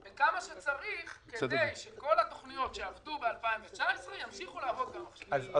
-- לכמה שצריך כדי שכל התוכניות שעבדו ב-2019 ימשיכו לעבוד גם ב-2020.